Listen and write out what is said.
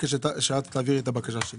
אבקש שתעבירי את הבקשה שלי.